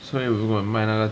所以如果卖那个